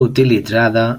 utilitzada